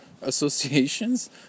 associations